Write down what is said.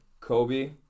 Kobe